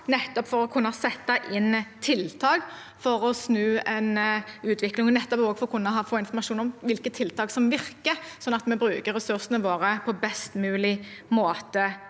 nettopp for å kunne sette inn tiltak for å snu en utvikling, og også for å kunne få informasjon om hvilke tiltak som virker, sånn at vi bruker ressursene våre på best mulig måte